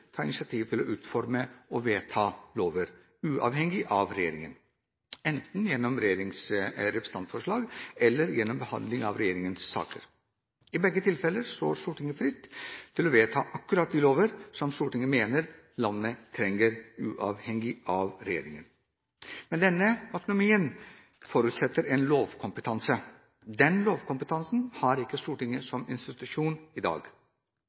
ta initiativ til å utforme og vedta lover, uavhengig av regjeringen, enten gjennom representantforslag eller gjennom behandlingen av regjeringens saker. I begge tilfeller står Stortinget fritt til å vedta akkurat de lover som Stortinget mener landet trenger, uavhengig av regjeringen. Men denne autonomien forutsetter en lovkompetanse. Den lovkompetansen har ikke Stortinget som institusjon i dag.